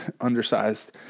undersized